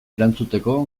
erantzuteko